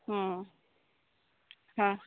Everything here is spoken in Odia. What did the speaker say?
ହଁ ହଁ